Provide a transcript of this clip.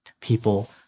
people